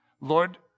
Lord